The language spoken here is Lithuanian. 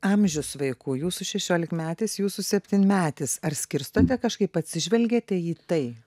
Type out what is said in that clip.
amžius vaikų jūsų šešiolikmetis jūsų septynmetis ar skirstote kažkaip atsižvelgiate į tai